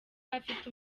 afite